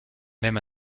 même